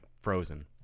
frozen